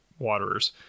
waterers